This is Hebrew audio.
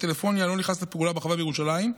הטלפוניה לא נכנס לפעולה בחווה בירושלים,